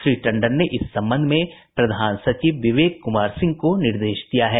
श्री टंडन ने इस संबंध में प्रधान सचिव विवेक कुमार सिंह को निर्देश दिया है